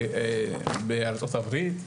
בארצות הברית,